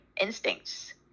instincts